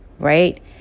right